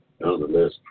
Nonetheless